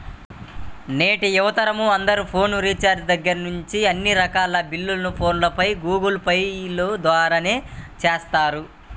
నేటి యువతరం అందరూ ఫోన్ రీఛార్జి దగ్గర్నుంచి అన్ని రకాల బిల్లుల్ని ఫోన్ పే, గూగుల్ పే ల ద్వారానే చేస్తున్నారు